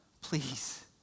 please